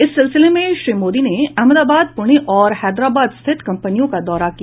इस सिलसिल में श्री मोदी ने अहमदाबाद पुणे और हैदराबाद स्थित कम्पनियों का दौरा किया